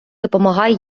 допомагає